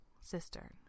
cistern